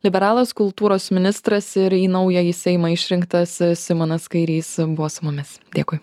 liberalas kultūros ministras ir į naująjį seimą išrinktas simonas kairys buvo su mumis dėkui